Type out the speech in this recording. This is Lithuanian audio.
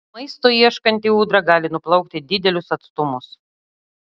maisto ieškanti ūdra gali nuplaukti didelius atstumus